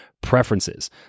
preferences